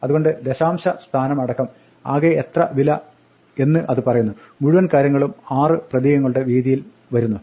അതുകൊണ്ട് ദശാംശസ്ഥാനമടക്കം ആകെ എത്ര വില എന്ന് അത് പറയുന്നു മുഴുവൻ കാര്യങ്ങളും 6 പ്രതീകങ്ങളുടെ വീതിയിൽ വരുന്നു